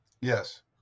yes